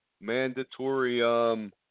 mandatory